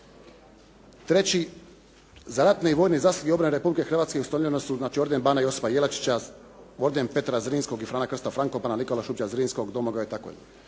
Treći, za ratne i vojne zasluge obrane Republike Hrvatske ustanovljeni su, znači orden "Bana Josipa Jelačića", orden "Petra Zrinskog" i "Frana Krste Frankopana", "Nikole Šubića Zrinskog", "Domagoja" itd.